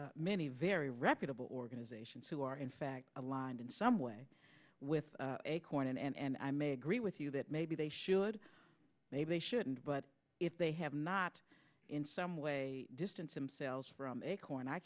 many very reputable organizations who are in fact aligned in some way with acorn and i may agree with you that maybe they should maybe they shouldn't but if they have not in some way distance themselves from acorn i